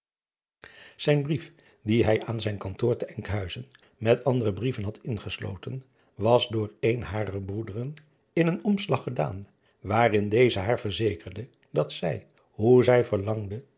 ijn brief dien hij aan zijn kantoor te nkhuizen met andere brieven had ingesloten was door een harer broederen in een omslag gedaan waarin deze haar verzekerde dat zij hoe zij verlangden